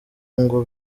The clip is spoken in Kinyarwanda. ngo